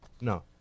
No